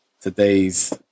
today's